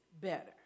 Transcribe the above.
better